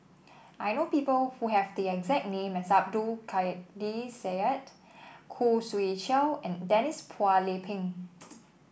I know people who have the exact name as Abdul Kadir Syed Khoo Swee Chiow and Denise Phua Lay Peng